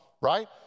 Right